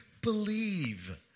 believe